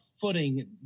footing